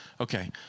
okay